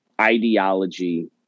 ideology